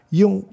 yung